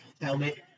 helmet